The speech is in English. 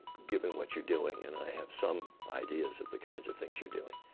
given what you're doing. and i have some ideas of the kinds of things you're doing.